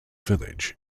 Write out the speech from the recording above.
village